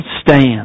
stand